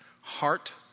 heart